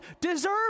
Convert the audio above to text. deserve